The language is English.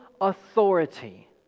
authority